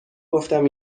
گفتم